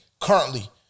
currently